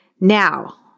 Now